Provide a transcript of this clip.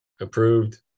approved